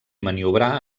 maniobrar